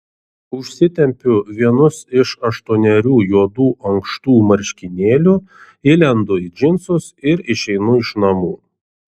užsitempiu vienus iš aštuonerių juodų ankštų marškinėlių įlendu į džinsus ir išeinu iš namų